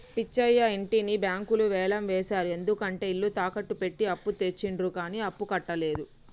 పిచ్చయ్య ఇంటిని బ్యాంకులు వేలం వేశారు ఎందుకంటే ఇల్లు తాకట్టు పెట్టి అప్పు తెచ్చిండు కానీ అప్పుడు కట్టలేదు